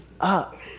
up